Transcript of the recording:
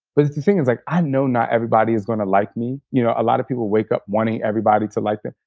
but the thing is, that like i know not everybody is going to like me. you know a lot of people wake up wanting everybody to like them,